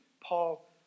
Paul